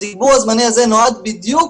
התגבור הזמני הזה נועד בדיוק